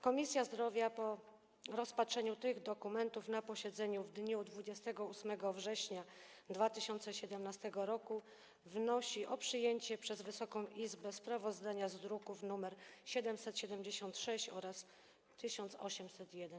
Komisja Zdrowia po rozpatrzeniu tych dokumentów na posiedzeniu w dniu 28 września 2017 r. wnosi o przyjęcie przez Wysoką Izbę sprawozdania dotyczącego druków nr 776 oraz 1801.